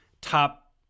top